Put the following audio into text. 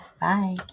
Bye